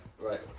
right